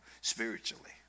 spiritually